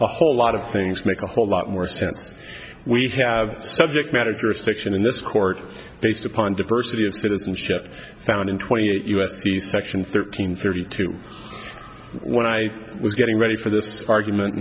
a whole lot of things make a whole lot more sense we have subject matters your station in this court based upon diversity of citizenship found in twenty eight u s c section thirteen thirty two when i was getting ready for this argument